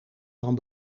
van